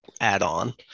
add-on